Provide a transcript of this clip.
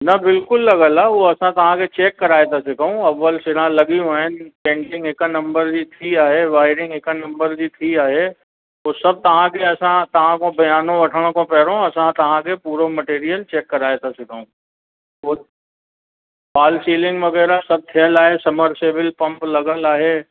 न बिल्कुलु लॻियल आहे हो असां तव्हांखे चेक कराए था सघऊं अव्वल सिरा लॻियूं आहिनि पेंटिंग हिक नम्बर जी थी आहे वायरिंग हिक नम्बर जी थी आहे उहो सभु तव्हांखे असां तव्हां खां ब्यानो वठण खां पहिरों असां तव्हांखे पूरो मटेरियल चेक कराए था सघूं उहो फ़ाल सीलिंग वग़ैरह सभु थियल आहे समर सिविल पम्प लॻियल आहे